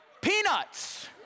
peanuts